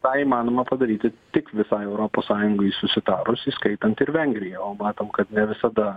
tą įmanoma padaryti tik visai europos sąjungai susitarus įskaitant ir vengriją o matom kad ne visada